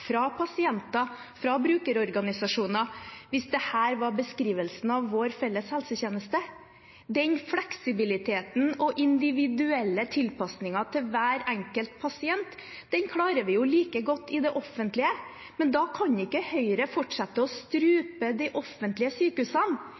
fra pasienter og brukerorganisasjoner, hvis dette var beskrivelsen av vår felles helsetjeneste. Den fleksibiliteten og individuelle tilpasningen til hver enkelt pasient klarer vi like godt i det offentlige, men da kan ikke Høyre fortsette å